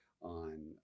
on